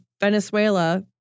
Venezuela